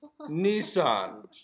Nissan